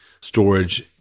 storage